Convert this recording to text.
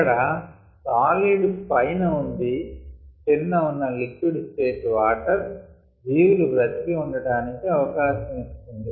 ఇక్కడ సాలిడ్ పైన ఉంది క్రింద ఉన్న లిక్విడ్ స్టేట్ వాటర్ జీవులు బ్రతికి ఉండటానికి అవకాశం ఇస్తుంది